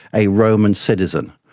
a roman citizen.